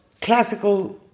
classical